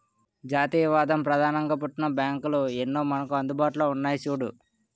జాతీయవాదం ప్రధానంగా పుట్టిన బ్యాంకులు ఎన్నో మనకు అందుబాటులో ఉన్నాయి చూడు